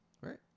Right